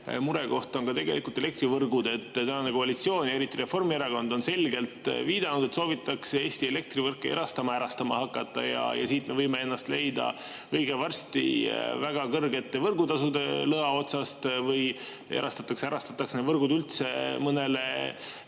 murekoht on elektrivõrgud. Tänane koalitsioon ja eriti Reformierakond on selgelt viidanud, et soovitakse Eesti elektrivõrke erastama ja ärastama hakata. Siis me võime leida ennast õige varsti väga kõrgete võrgutasude lõa otsast või erastatakse-ärastatakse need võrgud üldse mõnele